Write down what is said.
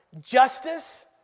justice